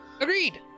Agreed